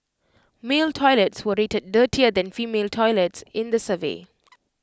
male toilets were rated dirtier than female toilets in the survey